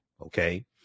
Okay